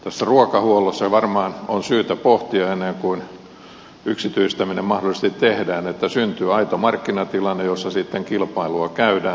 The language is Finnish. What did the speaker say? tässä ruokahuollossa varmaan on syytä pohtia ennen kuin yksityistäminen mahdollisesti tehdään että syntyy aito markkinatilanne jossa sitten kilpailua käydään